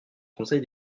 conseil